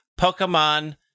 Pokemon